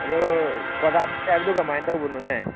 ꯑꯗꯣ ꯀꯣꯊꯥ ꯆꯠꯁꯤ ꯍꯥꯏꯕꯗꯣ ꯀꯃꯥꯏꯅ ꯇꯧꯕꯅꯣꯅꯦ